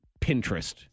Pinterest